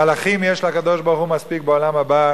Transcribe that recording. מלאכים יש לקדוש-ברוך-הוא מספיק בעולם הבא.